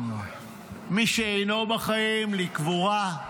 מי שאינו בחיים, לקבורה,